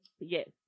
yes